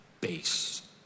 base